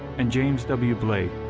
and james w. blake,